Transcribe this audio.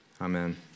Amen